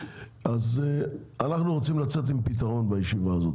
אנחנו רוצים לצאת עם פתרון בישיבה הזאת,